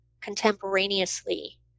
contemporaneously